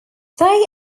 they